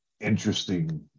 interesting